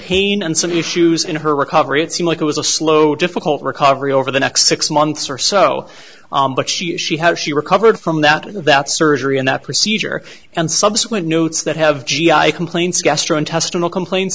pain and some issues in her recovery it seemed like it was a slow difficult recovery over the next six months or so but she she has she recovered from that that surgery and that procedure and subsequent notes that have g i complaints gastrointestinal complaints